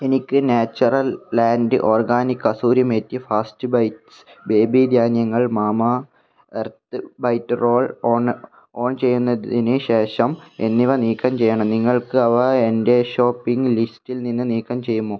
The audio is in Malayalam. എനിക്ക് natural land organic kasuri methi first bites baby ധാന്യങ്ങൾ Mamaearth bite roll on on ചെയ്യുന്നതിന് ശേഷം എന്നിവ നീക്കം ചെയ്യണം നിങ്ങൾക്ക് അവ എന്റെ ഷോപ്പിംഗ് ലിസ്റ്റിൽ നിന്ന് നീക്കം ചെയ്യുമോ